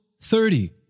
thirty